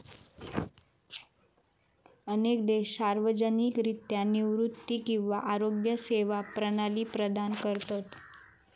अनेक देश सार्वजनिकरित्या निवृत्ती किंवा आरोग्य सेवा प्रणाली प्रदान करतत